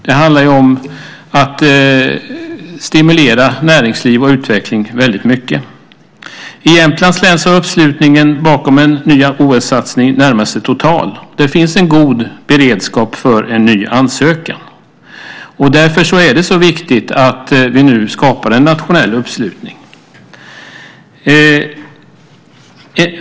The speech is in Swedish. Det handlar ju väldigt mycket om att stimulera näringsliv och utveckling. I Jämtlands län är uppslutningen bakom en ny OS-satsning i det närmaste total. Det finns en god beredskap för en ny ansökan. Därför är det så viktigt att vi nu skapar en nationell uppslutning.